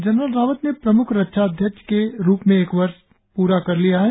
general Rawat ने प्रम्ख रक्षा अध्यक्ष के रूप में एक वर्ष प्रा कर लिया है